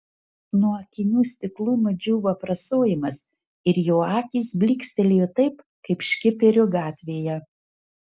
nuo akinių stiklų nudžiūvo aprasojimas ir jo akys blykstelėjo taip kaip škiperio gatvėje